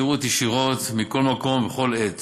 שירות ישירות מכל מקום ובכל עת